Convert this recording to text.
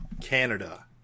Canada